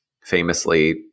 famously